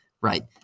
right